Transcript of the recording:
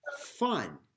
fun